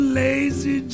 lazy